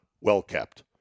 well-kept